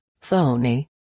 phony